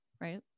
right